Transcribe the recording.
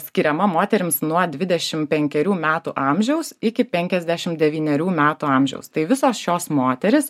skiriama moterims nuo dvidešim penkerių metų amžiaus iki penkiasdešim devynerių metų amžiaus tai visos šios moterys